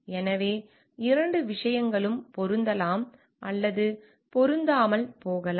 எனவே இரண்டு விஷயங்களும் பொருந்தலாம் அல்லது பொருந்தாமல் போகலாம்